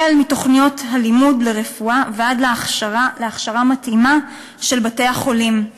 החל בתוכניות הלימוד ברפואה ועד להכשרה מתאימה של בתי-החולים.